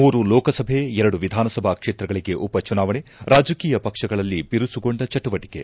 ಮೂರು ಲೋಕಸಭೆ ಎರಡು ವಿಧಾನಸಭಾ ಕ್ಷೇತ್ರಗಳಿಗೆ ಉಪ ಚುನಾವಣೆ ರಾಜಕೀಯ ಪಕ್ಷಗಳಲ್ಲಿ ಬಿರುಸುಗೊಂಡ ಚಟುವಟಿಕೆ